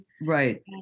right